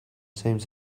same